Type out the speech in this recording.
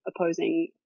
opposing